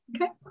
Okay